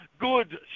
Good